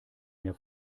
mehr